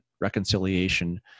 reconciliation